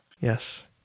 Yes